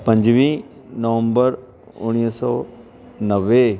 पंजवीह नवम्बर उणिवीह सौ नवे